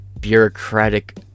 bureaucratic